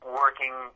working